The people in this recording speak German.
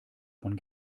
von